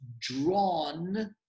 drawn